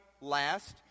last